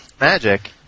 Magic